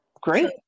Great